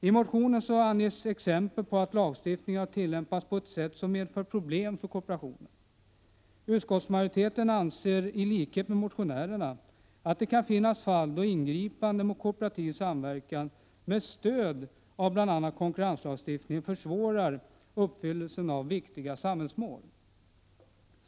I motionen anges exempel på att lagstiftningen har tillämpats på ett sätt som medfört problem för kooperationen. Utskottsmajoriteten anser i likhet med motionärerna att det kan finnas fall då ingripanden mot kooperativ samverkan med stöd av bl.a. konkurrenslagstiftningen försvårar uppfyllelsen av viktiga samhällsmål.